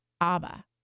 Abba